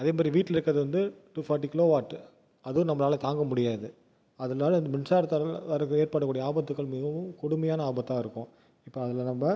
அதே மாதிரி வீட்டில் இருக்கிறது வந்து டூ ஃபாட்டி கிலோ வாட் அதுவும் நம்மளால தாங்க முடியாது அதனால மின்சாரத்தளவு வரது ஏற்படக்கூடிய ஆபத்துகள் மிகவும் கொடுமையான ஆபத்தாக இருக்கும் இப்போ அதில் நம்ம